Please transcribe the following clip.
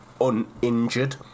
uninjured